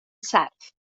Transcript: serth